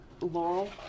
Laurel